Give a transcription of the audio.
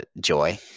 joy